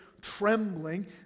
trembling